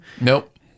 Nope